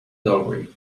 doorway